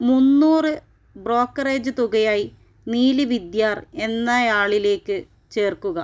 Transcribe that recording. മുന്നൂറ് ബ്രോക്കറേജ് തുകയായി നീലി വിദ്യാർ എന്ന ആളിലേക്ക് ചേർക്കുക